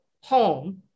home